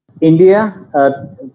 India